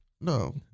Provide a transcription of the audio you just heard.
No